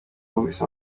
wumvise